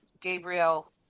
Gabriel